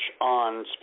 on